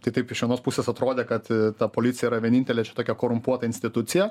tai taip iš vienos pusės atrodė kad ta policija yra vienintelė čia tokia korumpuota institucija